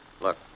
Look